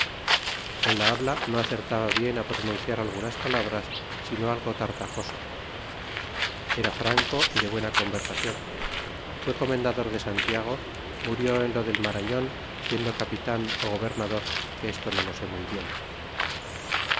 la habla no acertaba bien á pro nunciar algunas palabras sino algo tartajoso era franco de buena conversacion fué comendador de san tiago murió en lo del marañon siendo capitan ó gobernador que esto no lo s muy bien